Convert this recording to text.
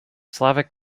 slavic